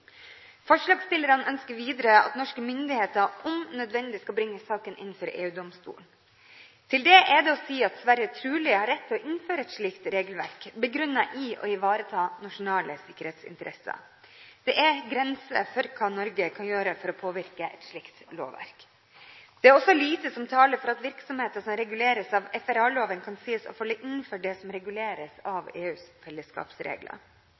Forslagsstillerne ønsker videre at norske myndigheter om nødvendig skal bringe saken inn for EU-domstolen. Til det er det å si at Sverige trolig har rett til å innføre et slikt regelverk, begrunnet i å ivareta nasjonale sikkerhetsinteresser. Det er grenser for hva Norge kan gjøre for å påvirke et slikt lovverk. Det er også lite som taler for at virksomheter som reguleres av FRA-loven, kan sies å falle innenfor det som reguleres av EUs fellesskapsregler.